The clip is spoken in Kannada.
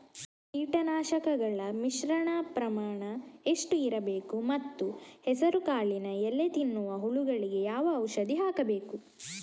ಕೀಟನಾಶಕಗಳ ಮಿಶ್ರಣ ಪ್ರಮಾಣ ಎಷ್ಟು ಇರಬೇಕು ಮತ್ತು ಹೆಸರುಕಾಳಿನ ಎಲೆ ತಿನ್ನುವ ಹುಳಗಳಿಗೆ ಯಾವ ಔಷಧಿ ಹಾಕಬೇಕು?